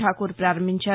ఠాకూర్ పారంభించారు